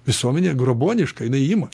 visuomenė grobuoniška jinai ima